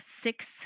six